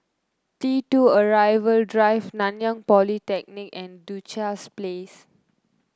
T two Arrival Drive Nanyang Polytechnic and Duchess Place